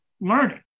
learning